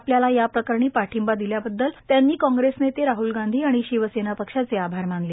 आपल्याला याप्रकरणी पाठिंबा दिल्याबद्दल त्यांनी काँग्रेसनेते राहुल गांधी शिवसेना पक्षाचे आभार मानले